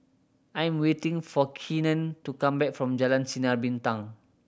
I am waiting for Keenen to come back from Jalan Sinar Bintang